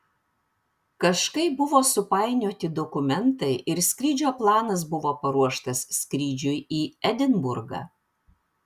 kažkaip buvo supainioti dokumentai ir skrydžio planas buvo paruoštas skrydžiui į edinburgą